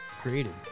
created